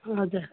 हजुर